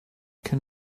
can